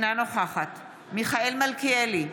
אינה נוכחת מיכאל מלכיאלי,